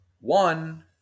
one